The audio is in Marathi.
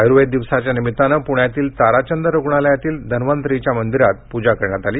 आयुर्वेद दिवसाच्या निमित्ताने पुण्यातील ताराचंद रूग्णालयातील धन्वंतरीच्या मंदिरात पूजा करण्यात आली